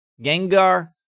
Gengar